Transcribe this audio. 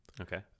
Okay